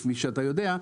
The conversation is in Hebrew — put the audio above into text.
כפי שאתה יודע,